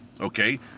Okay